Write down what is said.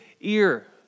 ear